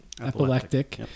Epileptic